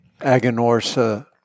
Agonorsa